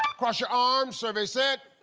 cross your arms. survey said.